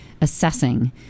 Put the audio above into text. assessing